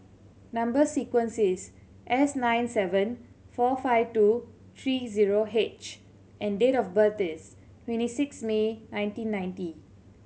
number sequence is S nine seven four five two three zero H and date of birth is twenty six May nineteen ninety